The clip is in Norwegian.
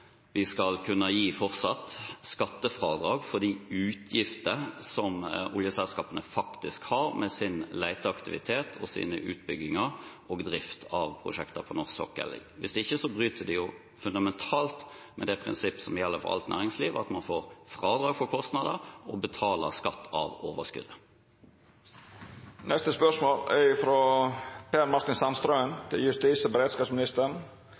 vi skal kunne gi fortsatt skattefradrag for de utgifter som oljeselskapene faktisk har med sin leteaktivitet, sine utbygginger og drift av prosjekter på norsk sokkel. Hvis ikke bryter det fundamentalt med det prinsipp som gjelder for alt næringsliv, at man får fradrag for kostnader og betaler skatt av overskuddet. Dette spørsmålet, frå representanten Per Martin Sandtrøen til justis- og beredskapsministeren,